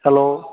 hello